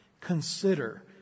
consider